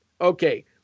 Okay